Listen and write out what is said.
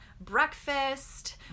breakfast